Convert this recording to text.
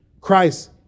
Christ